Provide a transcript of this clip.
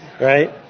right